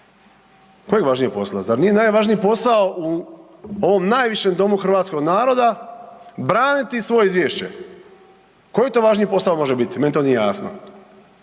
kojeg važnijeg posla? Zar nije najvažniji posao u ovom najvišem domu hrvatskog naroda, braniti svoje izvješće? Koji to važniji posao može biti, meni to nije jasno.